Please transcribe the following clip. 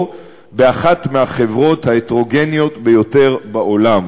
באחת מהחברות ההטרוגניות ביותר בעולם.